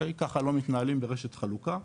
ככה לא מתנהלים ברשת חלוקה,